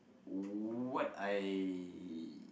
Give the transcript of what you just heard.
what I